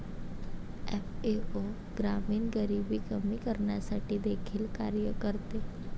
FAO ग्रामीण गरिबी कमी करण्यासाठी देखील कार्य करते